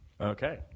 okay